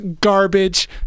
garbage